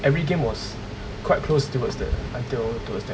every game was quite close towards the until towards the end